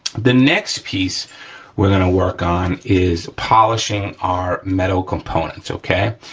the next piece we're gonna work on is polishing our metal components, okay?